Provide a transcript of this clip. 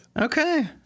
Okay